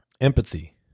Empathy